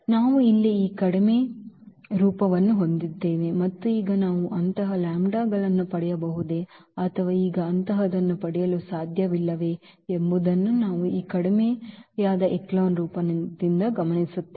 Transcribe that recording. ನಾವು ಇಲ್ಲಿ ಈ ಕಡಿಮೆ ರೂಪವನ್ನು ಹೊಂದಿದ್ದೇವೆ ಮತ್ತು ಈಗ ನಾವು ಅಂತಹ ಲ್ಯಾಂಬ್ಡಾಗಳನ್ನು ಪಡೆಯಬಹುದೇ ಅಥವಾ ಈಗ ಅಂತಹದನ್ನು ಪಡೆಯಲು ಸಾಧ್ಯವಿಲ್ಲವೇ ಎಂಬುದನ್ನು ನಾವು ಈ ಕಡಿಮೆ ರೂಪದಿಂದ ಗಮನಿಸುತ್ತೇವೆ